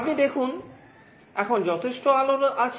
আপনি দেখুন এখন যথেষ্ট আলো আছে